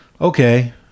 okay